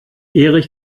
erich